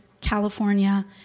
California